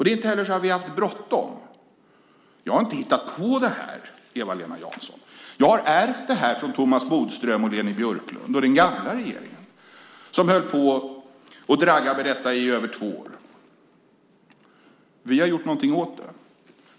Det är inte heller så att vi har haft bråttom. Jag har inte hittat på det här, Eva-Lena Jansson. Jag har ärvt det av Thomas Bodström och Leni Björklund och den gamla regeringen som höll på med detta i över två år. Vi har gjort någonting åt det.